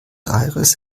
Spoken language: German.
aires